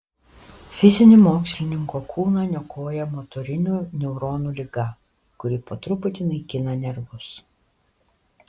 fizinį mokslininko kūną niokoja motorinių neuronų liga kuri po truputį naikina nervus